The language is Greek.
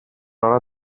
ώρα